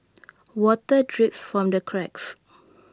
water drips from the cracks